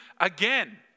Again